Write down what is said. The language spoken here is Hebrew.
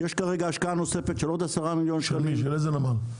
יש כרגע השקעה נוספת של עוד 10 מיליון שקלים -- של איזה נמל?